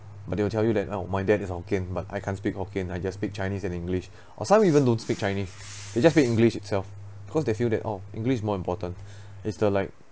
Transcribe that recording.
but they will tell you that oh my dad is hokkien but I can't speak hokkien I just speak chinese and english or some even don't speak chinese they just speak english itself cause they feel that oh english is more important is the like